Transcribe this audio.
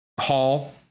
Hall